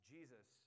Jesus